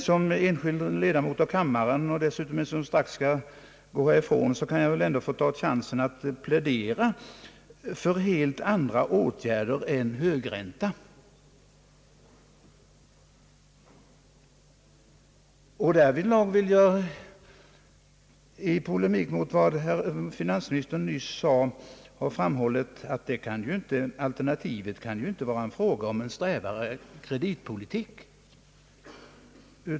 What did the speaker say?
Som enskild ledamot av kammaren och eftersom jag strax skall gå härifrån vill jag ta chansen att plädera för helt andra åtgärder än högränta. Därvidlag vill jag, i polemik mot vad herr finansministern nyss sade, framhålla att alternativet inte kan få vara en strävare kreditpolitik.